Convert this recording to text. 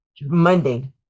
Monday